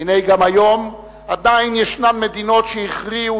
והנה גם היום עדיין ישנן מדינות שהכריעו